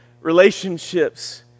relationships